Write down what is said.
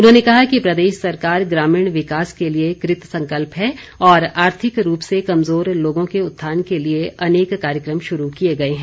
उन्होंने कहा कि प्रदेश सरकार ग्रामीण विकास के लिए कृतसंकल्प है और आर्थिक रूप से कमजोर लोगों के उत्थान के लिए अनेक कार्यक्रम शुरू किए गए हैं